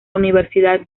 universidad